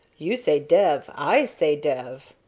you say dev, i say dev.